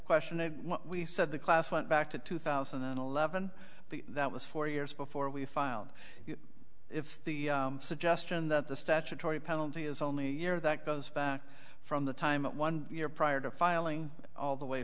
question we said the class went back to two thousand and eleven but that was four years before we filed if the suggestion that the statutory penalty is only a year that goes back from the time one year prior to filing all the way